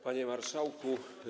Panie Marszałku!